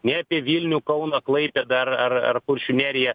ne apie vilnių kauną klaipėdą ar ar ar kuršių neriją